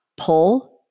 pull